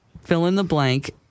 fill-in-the-blank